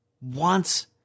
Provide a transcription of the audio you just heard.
wants